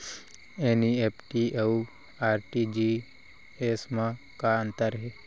NEFT अऊ RTGS मा का अंतर हे?